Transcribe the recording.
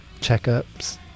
checkups